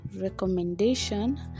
recommendation